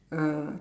uh